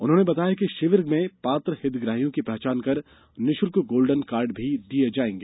उन्होंने बताया कि शिविर में पात्र हितग्राहियों की पहचान कर निःशुल्क गोल्डन कार्ड भी दिए जायेंगे